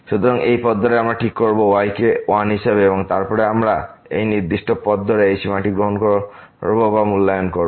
সুতরাং এই পথ ধরে আমরাঠিক করব y কে 1 হিসাবে এবং তারপরে আমরা এই দুটি নির্দিষ্ট পথ ধরে এই সীমাটি গ্রহণ করব বা মূল্যায়ন করব